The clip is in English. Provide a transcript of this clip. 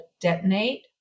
detonate